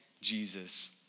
Jesus